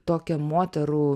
tokią moterų